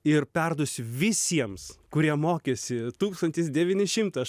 ir perduosiu visiems kurie mokėsi tūkstantis devyni šimtai aš